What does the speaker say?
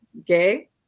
Okay